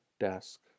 desk